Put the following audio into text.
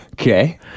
Okay